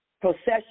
procession